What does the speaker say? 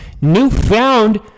newfound